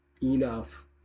enough